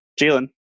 Jalen